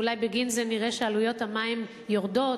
ואולי בגין זה נראה שעלויות אספקת המים יורדות,